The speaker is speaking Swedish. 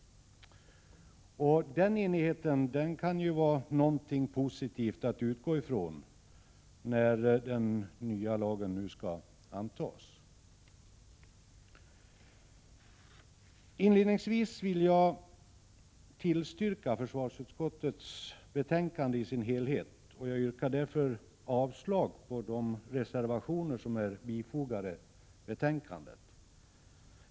Denna enighet kan ju vara någonting positivt att utgå ifrån när den nya lagen nu skall antas. Inledningsvis vill jag tillstyrka hemställan i försvarsutskottets betänkande i dess helhet, och jag yrkar därför avslag på de reservationer som är bifogade betänkandet.